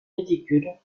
ridicules